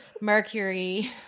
mercury